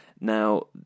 Now